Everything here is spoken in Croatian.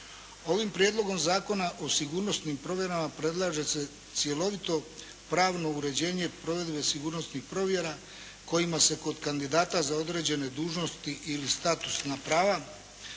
Ovim Prijedlogom zakona o sigurnosnim provjerama predlaže se cjelovito pravno uređenje provedbe sigurnosnih provjera kojima se kod kandidata kroz određene dužnosti ili statusna prava